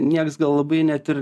nieks gal labai net ir